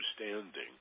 understanding